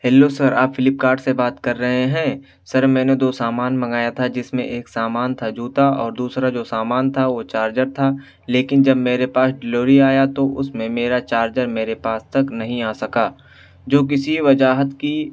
hello sir آپ Flipkart سے بات کر رہے ہیں سر میں نے دو سامان منگایا تھا جس میں ایک سامان تھا جوتا اور دوسرا جو سامان تھا وہ چارجر تھا لیکن جب میرے پاس ڈلیوری آیا تو اس میں میرا چارجر میرے پاس تک نہیں آ سکا جو کسی وجاہت کی